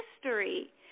history